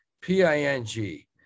P-I-N-G